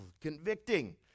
convicting